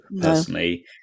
personally